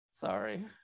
sorry